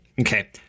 okay